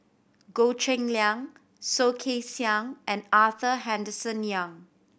Goh Cheng Liang Soh Kay Siang and Arthur Henderson Young